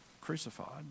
crucified